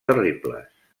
terribles